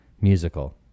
musical